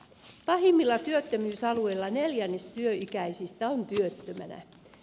pahimmilla työttömyysalueilla neljännes työikäisistä on työttömänä